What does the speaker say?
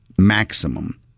maximum